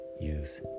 use